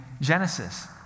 Genesis